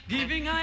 Giving